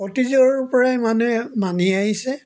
অতীজৰ পৰাই মানুহে মানি আহিছে